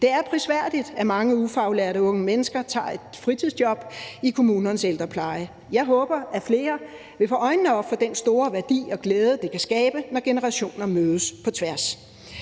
Det er prisværdigt, at mange ufaglærte unge mennesker tager et fritidsjob i kommunernes ældrepleje; jeg håber, at flere vil få øjnene op for den store værdi og glæde, det kan skabe, når generationer mødes på tværs.